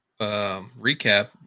recap